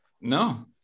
No